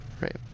right